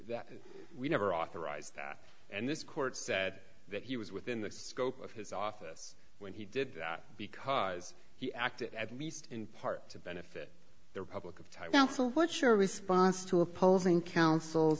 that we never authorized and this court said that he was within the scope of his office when he did that because he acted at least in part to benefit the republic of taiwan so what's your response to opposing counsel